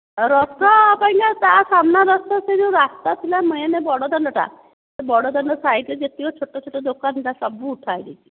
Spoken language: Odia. ରଥ କହିଲେ ତା ସାମ୍ନା ରାସ୍ତା ସେ ଯେଉଁ ରାସ୍ତା ଥିଲା ମେନ ବଡ଼ ଦାଣ୍ଡ ଟା ସେ ବଡ଼ ଦାଣ୍ଡ ସାଇଡ଼ ରେ ଯେତିକ ଛୋଟ ଛୋଟ ଦୋକାନ ଗୁଡ଼ା ସବୁ ଉଠା ହୋଇଯାଇଛି